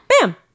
Bam